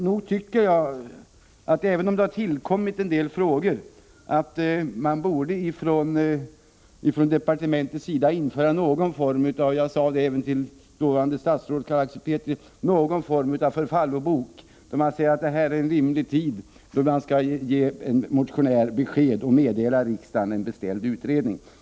Nog tycker jag att man, även om det tillkommit en del frågor, från departementets sida borde införa — det framförde jag också till dåvarande statsrådet Carl Axel Petri — någon form av förfallobok, där man slog fast en rimlig tid, när man skall ge en motionär besked och meddela riksdagen resultatet av en beställd utredning.